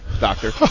doctor